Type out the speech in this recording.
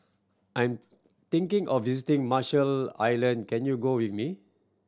I'm thinking of visiting Marshall Island can you go with me